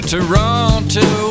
Toronto